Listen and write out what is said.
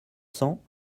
cents